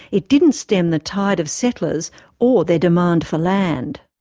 it didn't stem the tide of settlers or their demand for land.